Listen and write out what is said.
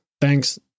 Thanks